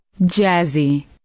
Jazzy